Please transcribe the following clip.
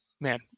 man